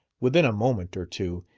within a moment or two,